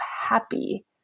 happy